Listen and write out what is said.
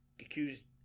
accused